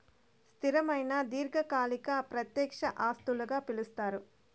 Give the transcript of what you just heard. స్థిరమైన దీర్ఘకాలిక ప్రత్యక్ష ఆస్తులుగా పిలుస్తారు